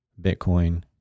bitcoin